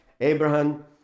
Abraham